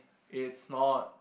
it's not